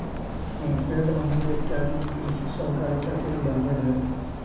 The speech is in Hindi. नेफेड, अमूल इत्यादि कृषि सहकारिता के उदाहरण हैं